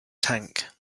tank